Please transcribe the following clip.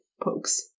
pokes